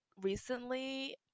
recently